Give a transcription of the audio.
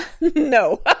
no